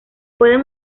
pueden